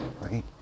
right